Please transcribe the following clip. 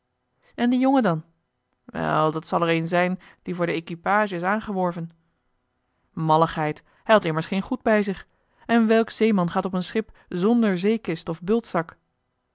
en die jongen dan wel dat zal er een zijn die voor de equipage is aangeworven malligheid hij had immers geen goed bij zich en welk zeeman gaat op een schip zonder zeekist of